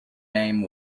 name